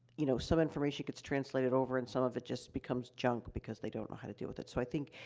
you know, some information gets translated over, and some of it just becomes junk, because they don't know how to deal with it. so, i think,